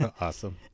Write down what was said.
Awesome